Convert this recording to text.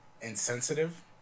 insensitive